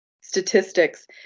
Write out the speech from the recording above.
statistics